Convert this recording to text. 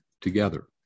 together